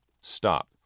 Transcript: Stop